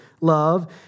love